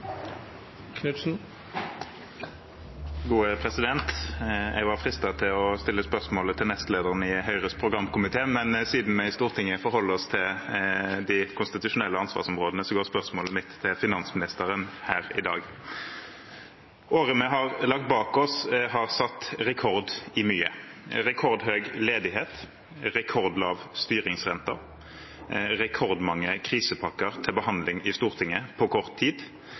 Jeg var fristet til å stille spørsmålet til nestlederen i Høyres programkomité, men siden vi i Stortinget forholder oss til de konstitusjonelle ansvarsområdene, går spørsmålet mitt til finansministeren her i dag. Året vi har lagt bak oss, har satt rekord i mye – rekordhøy ledighet, rekordlav styringsrente, rekordmange krisepakker til behandling i Stortinget på kort tid,